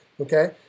Okay